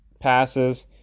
passes